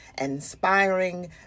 inspiring